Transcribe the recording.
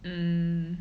um